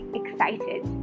excited